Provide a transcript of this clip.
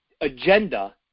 agenda